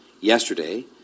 Yesterday